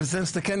אני מסתכל,